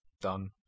done